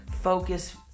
focus